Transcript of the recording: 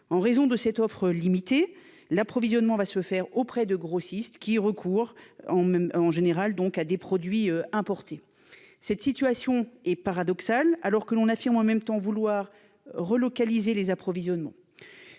en raison de cette offre limitée l'approvisionnement va se faire auprès de grossistes qui recourt en même, en général, donc à des produits importés, cette situation est paradoxale, alors que l'on affirme en même temps vouloir relocaliser les approvisionnements,